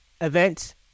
event